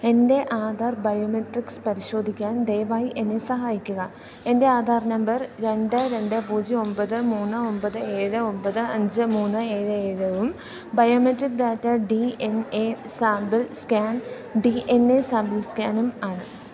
എൻ്റെ ആധാർ ബയോമെട്രിക്സ് പരിശോധിക്കാൻ ദയവായി എന്നെ സഹായിക്കുക എൻ്റെ ആധാർ നമ്പർ രണ്ട് രണ്ട് പൂജ്യം ഒമ്പത് മൂന്ന് ഒമ്പത് ഏഴ് ഒമ്പത് അഞ്ച് മൂന്ന് ഏഴ് ഏഴും biometric data D N A sample scan D N A sample സ്കാനും ആണ്